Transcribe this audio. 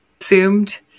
assumed